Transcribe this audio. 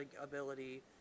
ability